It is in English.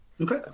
Okay